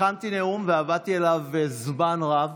הכנתי נאום ועבדתי עליו זמן רב,